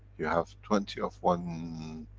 you have twenty of one,